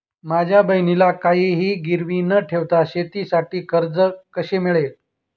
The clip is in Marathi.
माझ्या बहिणीला काहिही गिरवी न ठेवता शेतीसाठी कर्ज कसे मिळेल?